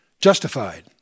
justified